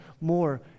more